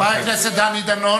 חבר הכנסת דני דנון,